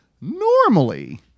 normally